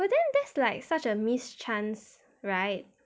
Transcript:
but then that's like such a missed chance right